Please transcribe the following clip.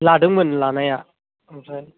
लादोंमोन लानाया आमफ्राय